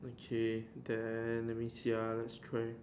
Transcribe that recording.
okay then let me see ya let's try